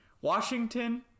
Washington